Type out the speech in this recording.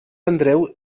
andreu